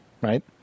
right